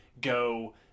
go